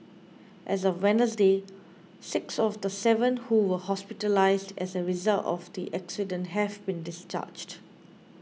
as of Wednesday six of the seven who were hospitalised as a result of the accident have been discharged